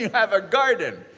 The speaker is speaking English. have a garden?